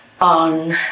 on